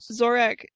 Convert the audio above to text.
Zorak